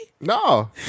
No